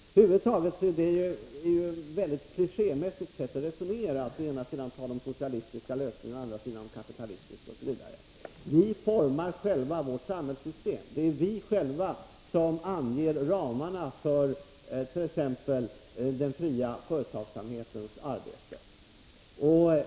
Över huvud taget är det ett mycket klichémässigt sätt att resonera — att tala om å ena sidan socialistiska lösningar, å andra sidan kapitalistiska! Vi formar själva vårt samhällssystem. Det är vi själva som anger ramarna för t.ex. den fria företagsamheten.